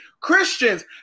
Christians